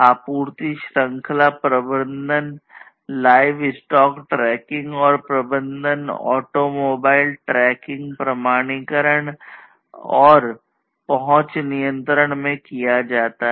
RFID में किया जाता है